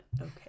okay